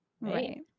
Right